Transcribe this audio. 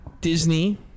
Disney